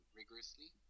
rigorously